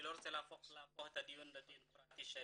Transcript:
לא רוצה להפוך את הדיון לדיון פרטי שלי.